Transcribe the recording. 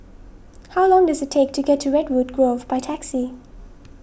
how long does it take to get to Redwood Grove by taxi